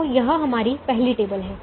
तो यह हमारी पहली टेबल है